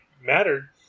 mattered